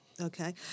okay